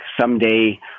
someday